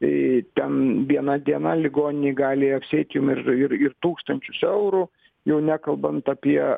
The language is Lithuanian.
tai ten viena diena ligoninėj gali apsieit jum ir ir ir tūkstančius eurų jau nekalbant apie